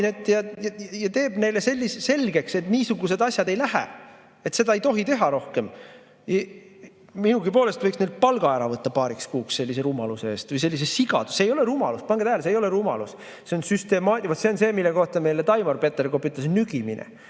ja teeb neile selgeks, et niisugused asjad ei lähe, seda ei tohi teha rohkem. Minugi poolest võiks neilt palga ära võtta paariks kuuks sellise rumaluse eest või sellise sigaduse eest. See ei ole rumalus! Pange tähele, see ei ole rumalus! See on see, mille kohta meile Taimar Peterkop ütles "nügimine".